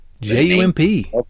J-U-M-P